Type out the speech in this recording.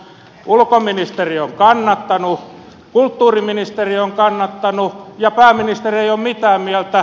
ulkoministeri on kannattanut kulttuuriministeri on kannattanut ja pääministeri ei ole mitään mieltä